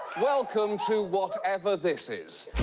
welcome to whatever this is.